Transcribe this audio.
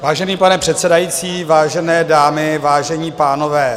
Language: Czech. Vážený pane předsedající, vážené dámy, vážení pánové.